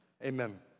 Amen